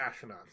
astronauts